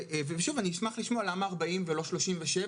שוב, אני אשמח לשמוע למה 40% ולא 37%?